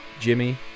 Jimmy